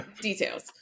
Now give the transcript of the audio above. details